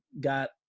got